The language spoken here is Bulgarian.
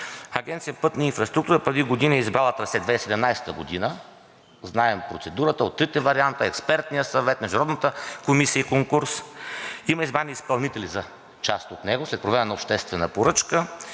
Агенция „Пътна инфраструктура“ преди години – 2017 г., е избрала трасе. Знаем процедурата – от трите варианта, Експертният съвет, международната комисия и конкурс. Има избрани изпълнители за част от него след провеждане на обществена поръчка